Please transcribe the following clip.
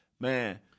man